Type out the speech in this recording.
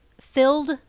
filled